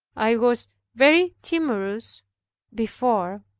i was very timorous before,